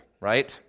right